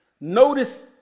Notice